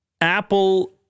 Apple